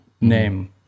name